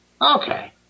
Okay